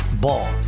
Ball